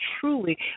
truly